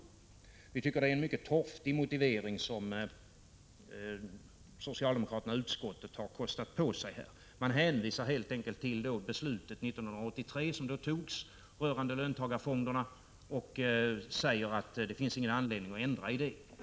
Vi tycker att det är en mycket torftig motivering som socialdemokraterna i utskottet har kostat på sig. De hänvisar helt enkelt till det beslut som togs 1983 rörande löntagarfonderna och säger att det inte finns någon anledning att ändra i det.